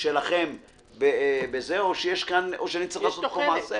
שלכם ושלי, או שאני צריך לעשות פה מעשה?